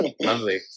Lovely